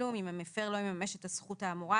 תשלום אם המפר לא יממש את הזכות האמורה,